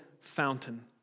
fountain